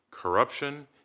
corruption